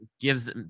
gives